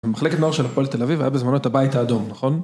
מחלקת נוער של הפועל ת"א היה בזמנו את הבית האדום, נכון?